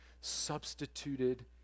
substituted